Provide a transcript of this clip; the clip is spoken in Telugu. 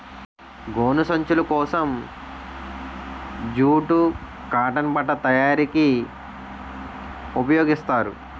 గోను సంచులు కోసం జూటు కాటన్ బట్ట తయారీకి ఉపయోగిస్తారు